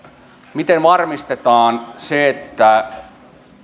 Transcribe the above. miten varmistetaan se että